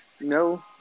No